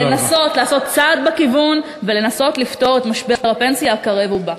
לנסות לעשות צעד בכיוון ולנסות לפתור את משבר הפנסיה הקרב ובא.